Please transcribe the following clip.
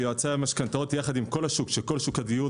ויועצי המשכנתאות עם כל השוק של כל שוק הדיור